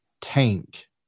tank